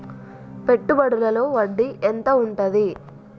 పెట్టుబడుల లో వడ్డీ ఎంత ఉంటది?